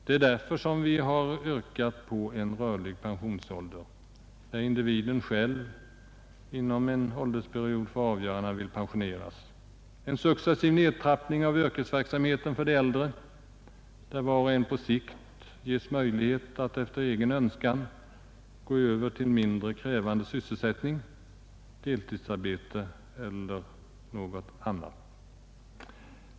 Det är därför vi verkat för en rörlig pensionsålder, där individen själv inom en åldersperiod får avgöra när han vill pensioneras, en successiv nedtrappning av yrkesverksamheten för de äldre, där var och en på sikt ges möjlighet att efter egen önskan gå över till mindre krävande sysselsättning, deltidsarbete etc.